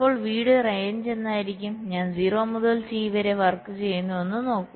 അപ്പോൾ V യുടെ range എന്തായിരിക്കും ഞാൻ 0 മുതൽ T വരെ വർക്ക് ചെയ്യുന്നുവെന്ന് നോക്കൂ